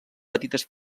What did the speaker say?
petites